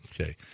Okay